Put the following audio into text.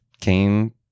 came